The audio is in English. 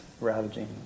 ravaging